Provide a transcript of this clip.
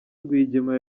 rwigema